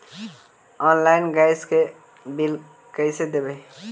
Online gas के bill कैसे देबै?